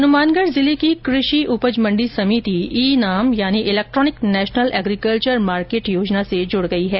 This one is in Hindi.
हनुमानगढ़ जिले की कृषि उपज मंडी समिति ई नाम यानी इलेक्ट्रॉनिक नेशनल एग्रीकल्वर मार्केट योजना से जुड़ गई है